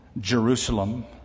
Jerusalem